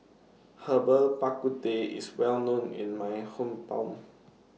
Herbal Bak Ku Teh IS Well known in My Hometown